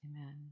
Amen